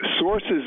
sources